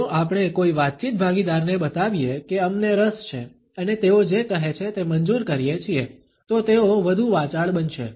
જો આપણે કોઈ વાતચીત ભાગીદારને બતાવીએ કે અમને રસ છે અને તેઓ જે કહે છે તે મંજૂર કરીએ છીએ તો તેઓ વધુ વાચાળ બનશે